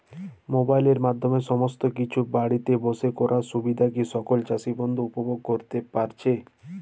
মোবাইলের মাধ্যমে সমস্ত কিছু বাড়িতে বসে করার সুবিধা কি সকল চাষী বন্ধু উপভোগ করতে পারছে?